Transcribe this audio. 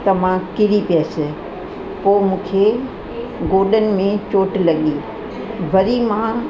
त मां किरी पियसि पोइ मूंखे गोॾनि में चोट लॻी वरी मां